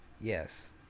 Yes